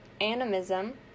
Animism